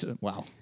Wow